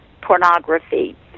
pornography